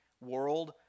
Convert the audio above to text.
world